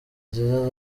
nziza